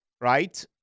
right